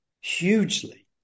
hugely